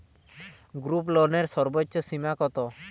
গ্রুপলোনের সর্বোচ্চ সীমা কত?